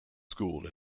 school